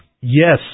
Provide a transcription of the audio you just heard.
Yes